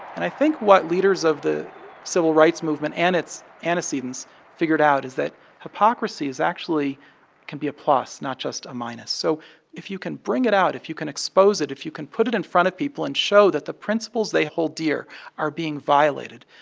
and i think what leaders of the civil rights movement and its antecedents figured out is that hypocrisies actually can be a plus, not just a minus. so if you can bring it out, if you can expose it, if you can put it in front of people and show that the principles they hold dear are being violated,